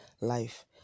life